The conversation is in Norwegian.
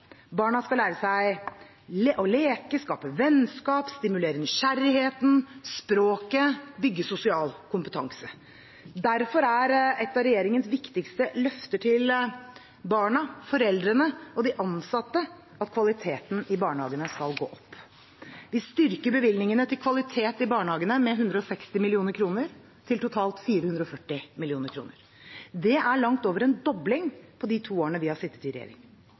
Barna skal lære seg å leke, skape vennskap, stimulere nysgjerrigheten, språket og bygge sosial kompetanse. Derfor er et av regjeringens viktigste løfter til barna, foreldrene og de ansatte at kvaliteten i barnehagene skal opp. Vi styrker bevilgningene til kvalitet i barnehagene med 160 mill. kr, til totalt 440 mill. kr. Det er langt over en dobling på de to årene vi har sittet i regjering.